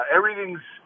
Everything's –